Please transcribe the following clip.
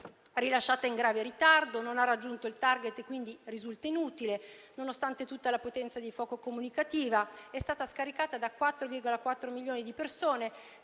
Rilasciata in grave ritardo, non ha raggiunto il *target* e quindi risulta inutile, nonostante tutta la potenza di fuoco comunicativa. È stata scaricata da 4,4 milioni di persone;